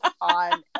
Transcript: on